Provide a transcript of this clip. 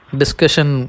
discussion